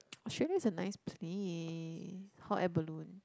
Australia is a nice place hot air balloon